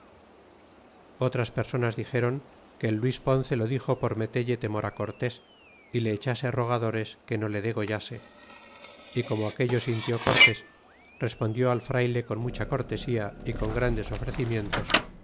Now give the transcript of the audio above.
otras personas dixéron que el luis ponce lo dixo por metelle temor cortés é le echase rogadores que no le degollase y co in o aquello sintió cortés respondió al frayle con mucha cortesía y con grandes ofrecimientos